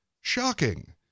Shocking